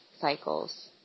cycles